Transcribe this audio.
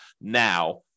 now